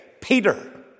Peter